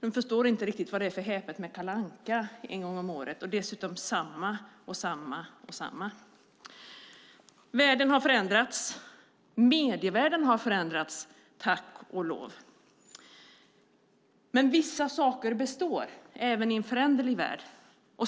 De förstår inte riktigt vad det är för speciellt med Kalle Anka en gång om året, och dessutom samma och samma. Världen har förändrats. Medievärlden har förändrats - tack och lov. Men vissa saker består även i en föränderlig värld.